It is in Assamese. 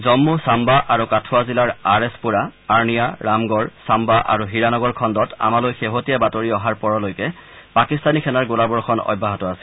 জন্মু চাম্বা আৰু কাঠুৱা জিলাৰ আৰ এছ পুৰা আৰ্নিয়া ৰামগড় চায়া আৰু হীৰানগৰ খণ্ডত আমালৈ শেহতীয়া বাতৰি অহাৰ পৰলৈকে পাকিস্তানী সেনাৰ গোলাবৰ্যণ অব্যাহত আছিল